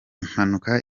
mpanuka